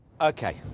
okay